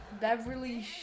Beverly